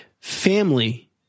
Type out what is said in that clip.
family